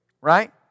Right